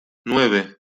nueve